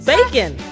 Bacon